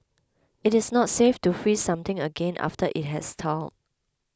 it is not safe to freeze something again after it has thawed